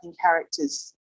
characters